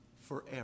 forever